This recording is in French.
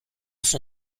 son